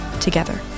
together